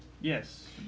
Yes